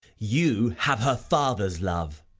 you have her father's love,